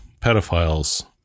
pedophiles